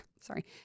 sorry